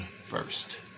first